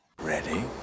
Ready